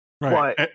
Right